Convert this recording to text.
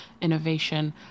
innovation